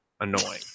annoying